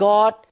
God